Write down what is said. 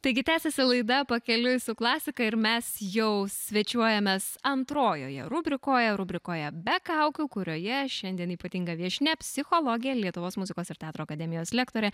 taigi tęsiasi laida pakeliui su klasika ir mes jau svečiuojamės antrojoje rubrikoje rubrikoje be kaukių kurioje šiandien ypatinga viešnia psichologė lietuvos muzikos ir teatro akademijos lektorė